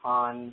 on